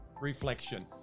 Reflection